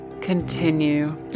continue